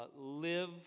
live